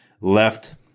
left